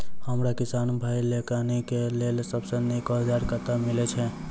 हमरा किसान भाई लोकनि केँ लेल सबसँ नीक औजार कतह मिलै छै?